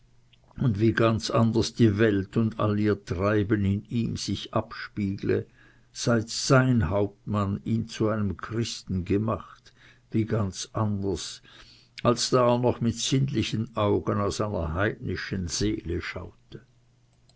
und wie ganz anders die welt und all ihr treiben in ihm sich abspiegle seit sein hauptmann ihn zu einem christen gemacht wie ganz anders als da er noch mit sinnlichen augen aus einer heidnischen seele schaute